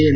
N